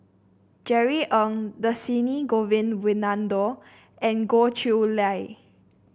Jerry Ng Dhershini Govin Winodan and Goh Chiew Lye